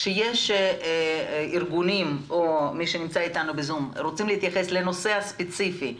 כאשר ארגונים ואנשים שנמצאים איתנו בזום רוצים להתייחס לנושא ספציפי,